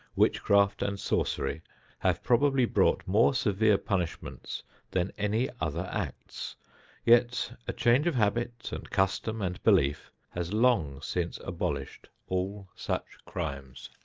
witchcraft and sorcery have probably brought more severe punishments than any other acts yet a change of habit and custom and belief has long since abolished all such crimes.